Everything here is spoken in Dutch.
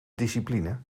discipline